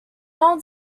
old